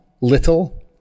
Little